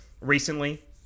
recently